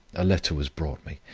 a letter was brought me,